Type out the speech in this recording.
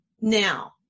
now